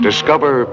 discover